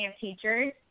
teachers